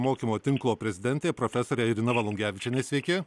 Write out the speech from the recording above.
mokymo tinklo prezidentė profesorė irena valungevičienė sveiki